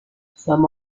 some